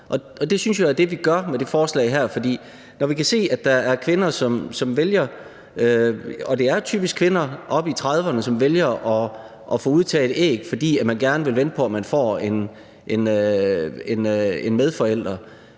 det synes jeg jo er det, som vi gør med det her forslag. For når vi kan se, at der er kvinder – det er typisk kvinder oppe i trediverne – som vælger at få udtaget æg, fordi de gerne vil vente på, at de får en medforælder,